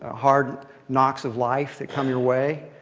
ah hard knocks of life that come your way.